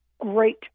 great